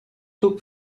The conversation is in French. taux